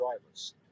drivers